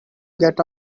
get